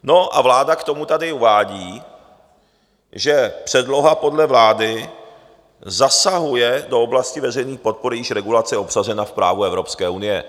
No a vláda k tomu tady uvádí, že předloha podle vlády zasahuje do oblasti veřejné podpory, jejíž regulace je obsažena v právu Evropské unie.